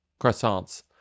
Croissants